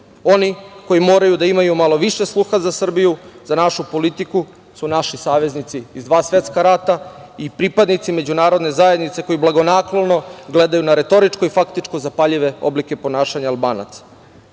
koji moraju da imaju malo više sluha za Srbiju, za našu politiku su naši saveznici iz dva svetska rata i pripadnici međunarodne zajednice koji blagonaklono gledaju na retoričko i faktičko zapaljive oblike ponašanja Albanaca. Srbija